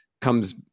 comes